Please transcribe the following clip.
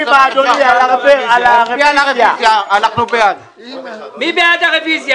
מי בעד הרוויזיה?